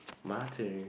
mutton